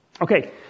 Okay